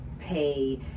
pay